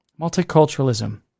multiculturalism